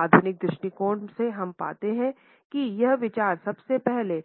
आधुनिक दृष्टिकोण से हम पाते हैं कि यह विचार सबसे पहले